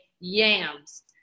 yams